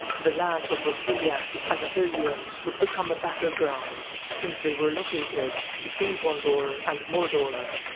the lands of osgiliath and ithilien would become a battleground, since they were located between gondor and mordor,